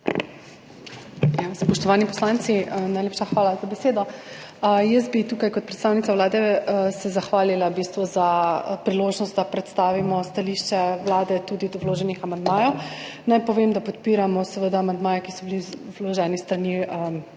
Spoštovani poslanci! Najlepša hvala za besedo. Jaz bi se tukaj kot predstavnica Vlade v bistvu zahvalila za priložnost, da predstavimo stališče Vlade tudi do vloženih amandmajev. Naj povem, da seveda podpiramo amandmaje, ki so bili vloženi s strani